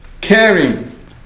caring